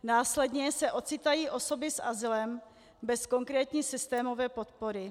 Následně se ocitají osoby s azylem bez konkrétní systémové podpory.